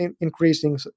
increasing